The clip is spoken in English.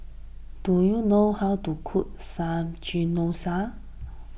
do you know how to cook Samgeyopsal